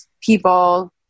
people